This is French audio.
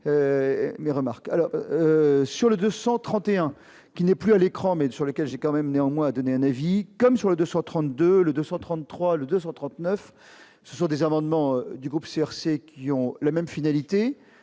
sur le 231 qui n'est plus à l'écran, mais sur lesquels j'ai quand même néanmoins à donner un avis comme sur les 232 le 233 le 239 sur des amendements du groupe CRC qui ont la même finalité